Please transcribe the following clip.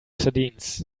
sardines